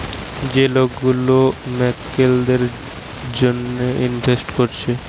যে লোক গুলা মক্কেলদের জন্যে ইনভেস্ট কোরছে